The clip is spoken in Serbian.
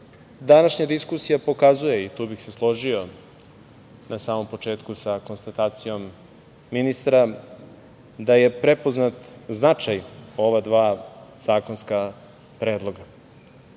današnja diskusija pokazuje i tu bih se složio na samom početku sa konstatacijom ministra da je prepoznat značaj ova dva zakonska predloga.